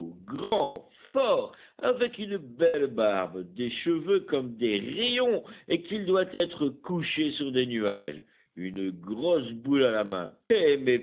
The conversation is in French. grand fort avec une belle barbe des cheveux comme des rayons et qu'il doit être couché sur des nuages une grosse boule à la main